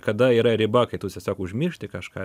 kada yra riba kai tu tiesiog užmiršti kažką